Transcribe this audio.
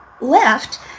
left